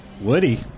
Woody